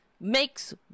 makes